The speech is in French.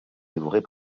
dévorer